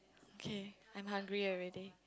okay I'm hungry already